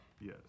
yes